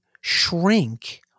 shrink